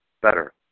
better